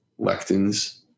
lectins